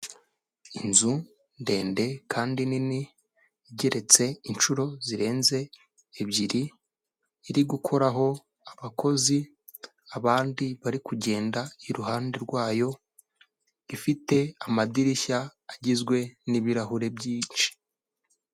Inzu ndende kandi nini igeretse inshuro zirenze ebyiri, iri gukoraho abakozi abandi bari kugenda iruhande rwayo, ifite amadirishya agizwe n'ibirahure byinshi.